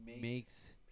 makes